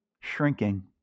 Shrinking